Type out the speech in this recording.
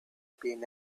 been